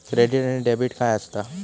Credit आणि debit काय असता?